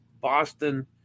Boston